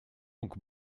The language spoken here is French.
donc